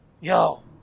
yo